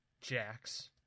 Jax